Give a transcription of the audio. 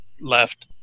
left